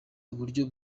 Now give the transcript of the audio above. uburyo